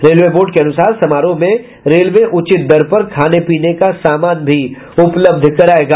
railway board के अनुसार समारोह में रेलवे उचित दर पर खाने पीने का समान भी उपलब्ध करायेगा